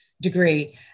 degree